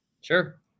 Sure